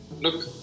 Look